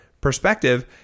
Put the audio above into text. perspective